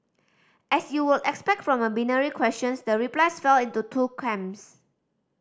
as you would expect from a binary questions the replies fell into two camps